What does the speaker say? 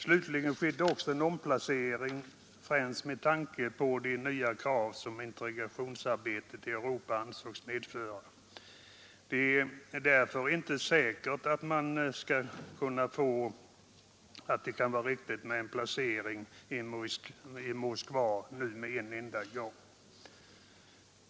Slutligen skedde en omplacering främst med tanke på de nya krav som integrationsarbetet i Europa ansågs medföra. Det är därför inte säkert att det är riktigt att nu omedelbart placera en man i Moskva.